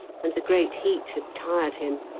and the great heat had tired him.